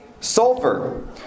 Sulfur